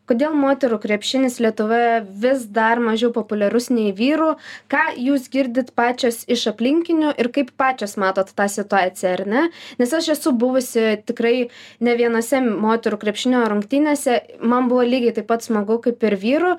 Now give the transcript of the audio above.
kodėl moterų krepšinis lietuvoje vis dar mažiau populiarus nei vyrų ką jūs girdit pačios iš aplinkinių ir kaip pačios matot tą situaciją ar ne nes aš esu buvusi tikrai ne vienose moterų krepšinio rungtynėse man buvo lygiai taip pat smagu kaip ir vyrų